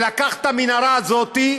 שלקח את המנהרה הזאת,